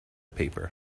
paper